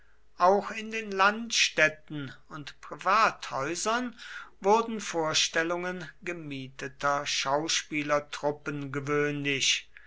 auch in den landstädten und privathäusern wurden vorstellungen gemieteter schauspielertruppen gewöhnlich